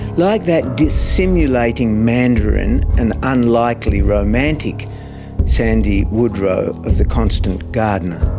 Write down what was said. like that dissimulating mandarin and unlikely romantic sandy woodrow of the constant gardener,